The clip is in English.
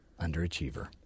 Underachiever